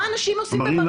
מה אנשים עושים במרינה?